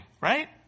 right